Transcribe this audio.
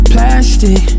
Plastic